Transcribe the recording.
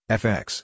fx